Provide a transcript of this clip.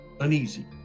uneasy